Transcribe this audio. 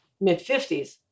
mid-50s